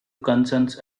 concerns